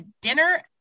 dinner